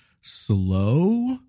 slow